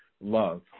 love